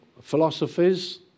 philosophies